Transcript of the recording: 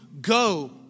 go